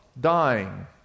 dying